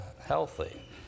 healthy